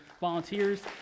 volunteers